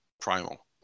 Primal